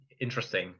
interesting